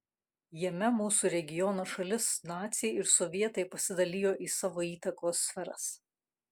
jame mūsų regiono šalis naciai ir sovietai pasidalijo į savo įtakos sferas